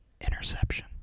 Interception